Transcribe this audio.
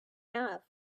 have